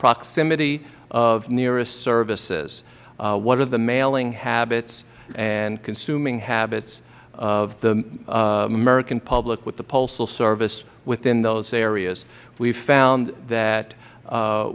proximity of nearest services what are the mailing habits and consuming habits of the american public with the postal service within those areas we have found that